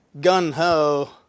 gun-ho